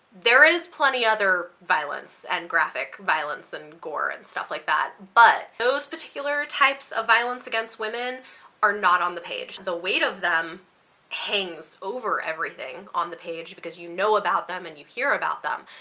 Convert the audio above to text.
there is plenty other violence and graphic violence and gore and stuff like that, but those particular types of violence against women are not on the page. the weight of them hangs over everything on the page because you know about them and you hear about them,